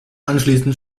anschließend